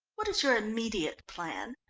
what is your immediate plan?